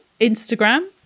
instagram